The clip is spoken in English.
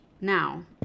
Now